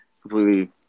completely